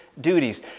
duties